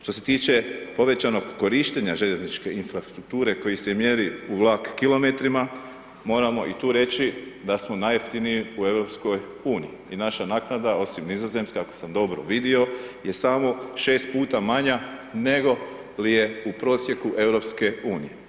Što se tiče povećanog korištenja željezničke infrastrukture koji se mjeri u vlak kilometrima, moramo i tu reći da smo najjeftiniji u EU i naša naknada, osim nizozemske, ako sam dobro vidio, je samo 6 puta manja nego li je u prosjeku EU.